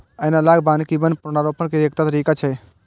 analogue वानिकी वन पुनर्रोपण के एकटा तरीका छियै